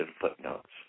footnotes